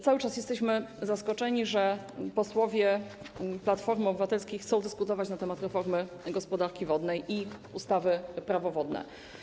Cały czas jesteśmy zaskoczeni, że posłowie Platformy Obywatelskiej chcą dyskutować na temat reformy gospodarki wodnej i ustawy - Prawo wodne.